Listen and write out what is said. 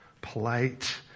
polite